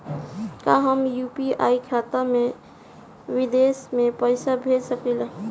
का हम यू.पी.आई खाता से विदेश में पइसा भेज सकिला?